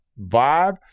vibe